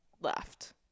left